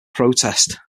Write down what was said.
protest